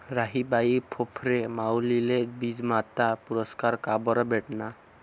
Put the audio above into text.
राहीबाई फोफरे माउलीले बीजमाता पुरस्कार काबरं भेटना?